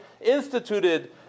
instituted